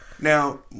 Now